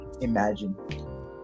imagine